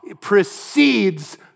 precedes